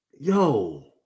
Yo